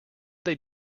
they